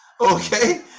okay